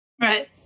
right